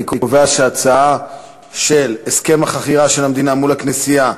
אני קובע כי ההצעה בנושא הסכם החכירה של המדינה מול הכנסייה,